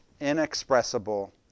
inexpressible